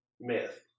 myth